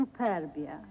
superbia